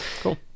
cool